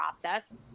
process